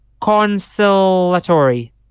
Consolatory